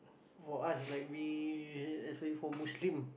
for us like we as we for Muslim